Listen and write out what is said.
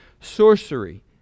sorcery